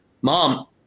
Mom